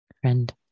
friend